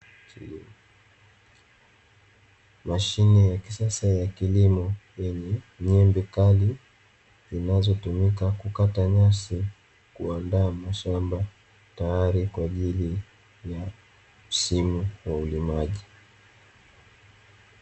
Mashine ya kisasa ya kilimo yenye nyembe kali zinazotumika kukata nyasi, kuandaa mashamba tayari kwa ajili ya msimu wa ulimaji.